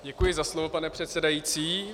Děkuji za slovo, pane předsedající.